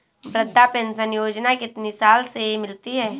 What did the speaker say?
वृद्धा पेंशन योजना कितनी साल से मिलती है?